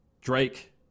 Drake